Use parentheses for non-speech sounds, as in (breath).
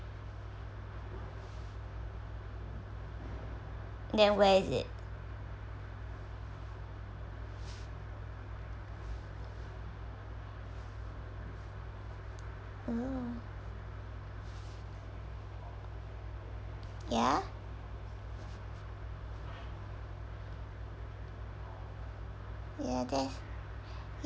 then where is it oh ya ya there (breath)